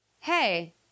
hey